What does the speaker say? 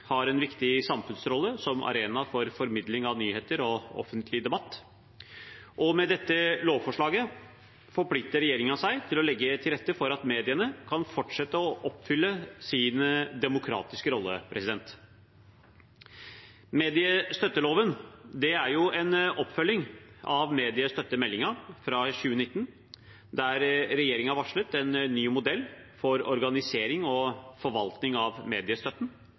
har en viktig samfunnsrolle som arena for formidling av nyheter og offentlig debatt. Og med dette lovforslaget forplikter regjeringen seg til å legge til rette for at mediene kan fortsette å oppfylle sin demokratiske rolle. Mediestøtteloven er jo en oppfølging av mediestøttemeldingen fra 2019, der regjeringen varslet en ny modell for organisering og forvaltning av mediestøtten.